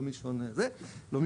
לא מלשון יצר,